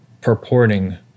purporting